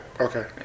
Okay